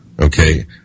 okay